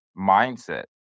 mindset